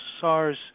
sars